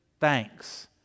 thanks